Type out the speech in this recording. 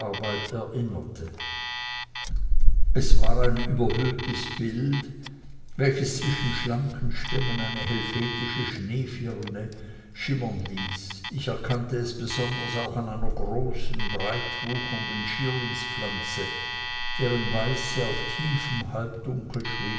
erinnerte es war ein überhöhtes bild welches zwischen schlanken stämmen eine helvetische schneefirne schimmern ließ ich erkannte es besonders auch an einer großen breit wuchernden schierlingspflanze deren weiße auf tiefem